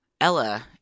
Ella